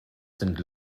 sind